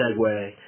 segue